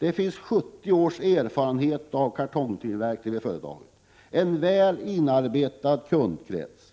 Det finns 70 års erfarenhet av kartongtillverkning vid företaget, en väl inarbetad kundkrets